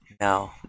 No